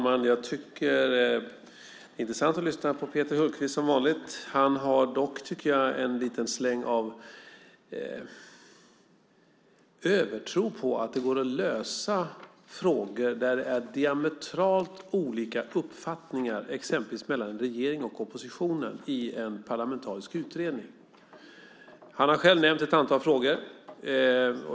Herr talman! Det är intressant att lyssna på Peter Hultqvist, som vanligt. Han har dock en liten släng av övertro på att det går att lösa frågor där det finns diametralt motsatta uppfattningar mellan till exempel regeringen och oppositionen i en parlamentarisk utredning. Han har själv nämnt ett antal frågor.